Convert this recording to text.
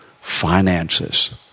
finances